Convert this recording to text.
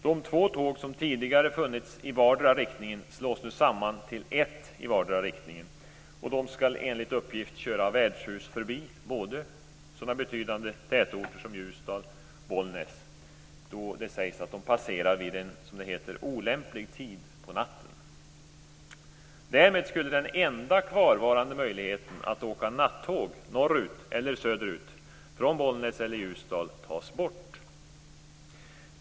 De två tåg som tidigare funnits i vardera riktningen slås nu samman till ett i vardera riktningen, och de skall enligt uppgift köra värdshus förbi sådana betydande tätorter som Ljusdal och Bollnäs, då de, som det heter, passerar vid en olämplig tid på natten. Ljusdal tas bort.